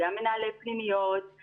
גם מנהלי פנימיות,